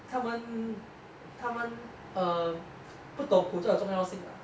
他们他们 um 不懂口罩的重要性 lah